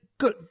Good